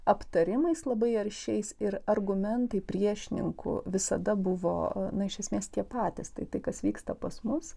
aptarimais labai aršiais ir argumentai priešininkų visada buvo na iš esmės tie patys tai kas vyksta pas mus